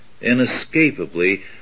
inescapably